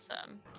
awesome